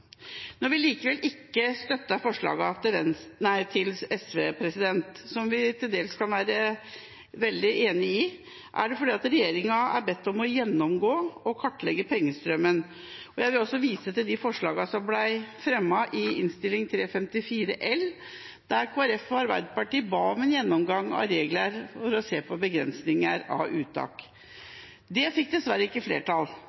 Når vi likevel ikke støtter forslagene til SV, som vi til dels kan være veldig enig i, er det fordi regjeringen er bedt om å gjennomgå og kartlegge pengestrømmen. Jeg vil også vise til de forslagene som ble fremmet i Innst. 354 L for 2016–2017, der Kristelig Folkeparti og Arbeiderpartiet ba om en gjennomgang av regler for å se på begrensning av uttak. Det forslaget fikk dessverre ikke flertall.